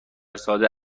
ساده